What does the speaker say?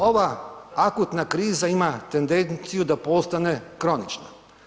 Ova akutna kriza ima tendenciju da postane kronična.